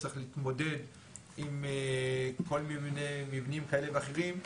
צריך להתמודד עם כל מיני מבנים כאלה ואחרים,